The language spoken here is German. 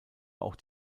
auch